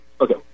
Okay